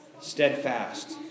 steadfast